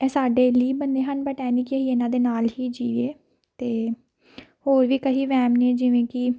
ਇਹ ਸਾਡੇ ਲਈ ਬਣੇ ਹਨ ਬਟ ਇਹ ਨਹੀਂ ਕਿ ਅਸੀਂ ਇਹਨਾਂ ਦੇ ਨਾਲ ਹੀ ਜੀਏ ਅਤੇ ਹੋਰ ਵੀ ਕਈ ਵਹਿਮ ਨੇ ਜਿਵੇਂ ਕਿ